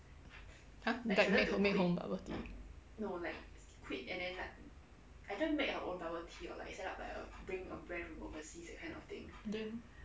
!huh! like make make her own bubble tea then